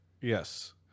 Yes